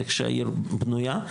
איך שהעיר בנוייה,